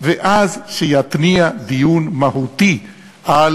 ואז שיתניע דיון מהותי על